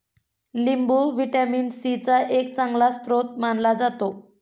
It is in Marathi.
लिंबू व्हिटॅमिन सी चा एक चांगला स्रोत मानला जातो